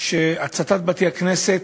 של הצתת בתי-הכנסת.